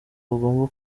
bagomba